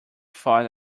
thought